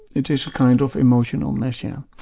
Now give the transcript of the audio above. it is a kind of emotional mess, yeah